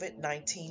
COVID-19